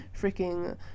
freaking